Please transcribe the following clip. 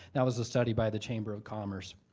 that was a study by the chamber of commerce.